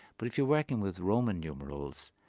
but if you're working with roman numerals,